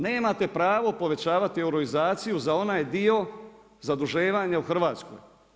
Nemate pravo povećavati euroizaciju za onaj dio zaduživanja u Hrvatskoj.